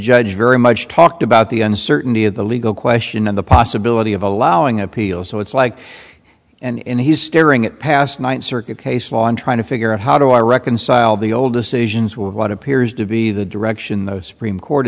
judge very much talked about the uncertainty of the legal question and the possibility of allowing appeals so it's like and he's staring at past ninth circuit case law and trying to figure out how do i reconcile the old decisions with what appears to be the direction the supreme court